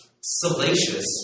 salacious